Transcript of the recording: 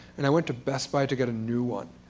and i went to best buy to get a new one.